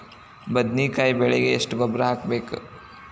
ಬದ್ನಿಕಾಯಿ ಬೆಳಿಗೆ ಎಷ್ಟ ಗೊಬ್ಬರ ಹಾಕ್ಬೇಕು?